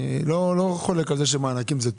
אני לא, לא חולק על זה שמענקים זה טוב.